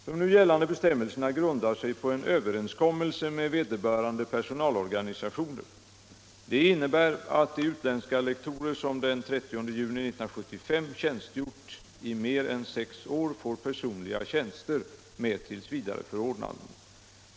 De nu gällande bestämmelserna grundar sig på en överenskommelse med vederbörande personalorganisationer och innebär att de utländska lektorer som den 30 juni 1975 tjänstgjort i mer än sex år får personliga tjänster med tillsvidareförordnanden.